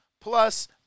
plus